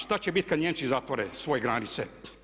Šta će bit kad Nijemci zatvore svoje granice?